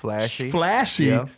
flashy